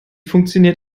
funktioniert